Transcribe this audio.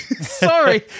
Sorry